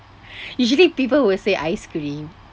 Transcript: usually people will say ice cream